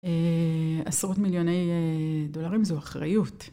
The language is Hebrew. עשרות מיליוני דולרים זו אחריות.